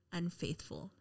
unfaithful